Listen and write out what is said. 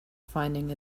finding